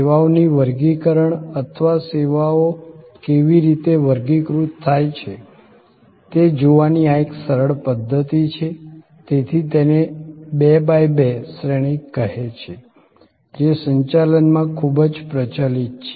સેવાઓની વર્ગીકરણ અથવા સેવાઓ કેવી રીતે કરી વર્ગીકૃત થાય છે તે જોવાની આ એક સરળ પધ્ધતિ છે તેથી તેને 2 બાય 2 શ્રેણિક કહે છે જે સંચાલનમાં ખૂબ જ પ્રચલિત છે